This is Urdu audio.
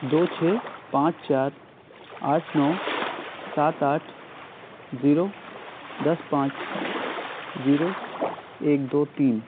دو چھ پانچ چار آٹھ نو سات آٹھ زیرو دس پانچ زیرو ایک دو تین